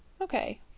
Okay